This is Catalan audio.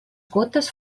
gotes